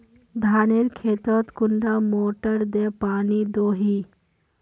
धानेर खेतोत कुंडा मोटर दे पानी दोही?